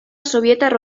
sobietar